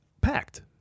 packed